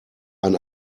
ein